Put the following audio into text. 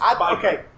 Okay